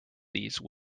these